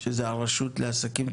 שהוא הסוכנות לעסקים קטנים